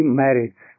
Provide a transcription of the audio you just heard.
marriage